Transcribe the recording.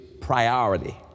priority